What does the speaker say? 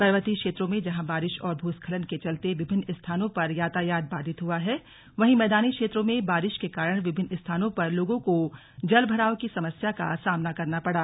पर्वतीय क्षेत्रों में जहां बारिश और भूस्खलन के चलते विभिन्न स्थानों पर यातायात बाधित हुआ है वहीं मैदानी क्षेत्रों में बारिश के कारण विभिन्न स्थानों पर लोगों को जलभराव की समस्या का सामाना करना पड़ा